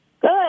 Good